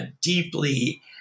deeply